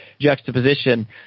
juxtaposition